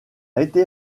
été